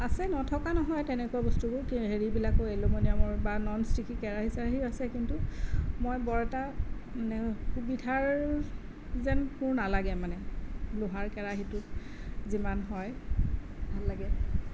আছে নথকা নহয় তেনেকুৱা বস্তুবোৰ কিন্তু হেৰিবিলাকো এলোমিনিয়ামৰ বা ননষ্টিকি কেৰাহী চেৰাহীও আছে কিন্তু মই বৰ এটা সুবিধাৰ যেন মোৰ নালাগে মানে লোহাৰ কেৰাহীটো যিমান হয় ভাল লাগে